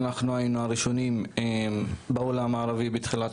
כמובן שאנחנו היינו הראשונים בעולם הערבי בתחילת